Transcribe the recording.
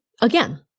again